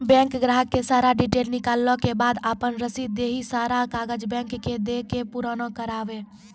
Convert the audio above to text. Bank ग्राहक के सारा डीटेल निकालैला के बाद आपन रसीद देहि और सारा कागज बैंक के दे के पुराना करावे?